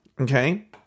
Okay